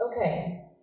okay